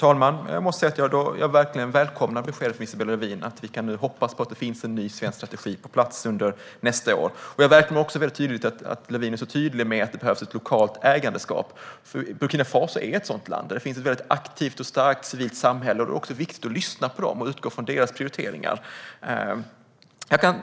Fru talman! Jag välkomnar beskedet från Isabella Lövin att vi kan hoppas på att det finns en ny svensk strategi på plats under nästa år. Jag välkomnar också att Lövin är så tydlig med att det behövs ett lokalt ägarskap, för Burkina Faso är ett sådant land där det finns ett väldigt aktivt och starkt civilt samhälle och det är viktigt att lyssna på dem och utgå från deras prioriteringar.